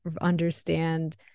understand